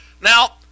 Now